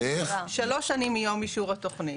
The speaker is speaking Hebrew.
שלוש שנים מיום אישור התוכנית.